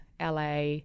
LA